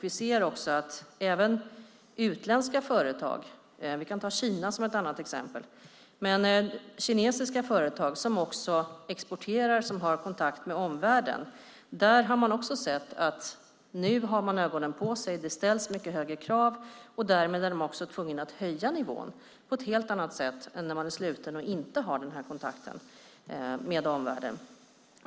Vi ser nu att även i utländska företag, vi kan ta Kina som ett exempel, som exporterar och som har kontakt med omvärlden har man ögonen på sig. Det ställs mycket högre krav, och därmed är de tvungna att höja nivån på ett helt annat sätt än om man är sluten och inte har den här kontakten med omvärlden.